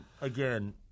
again